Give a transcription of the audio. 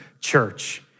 church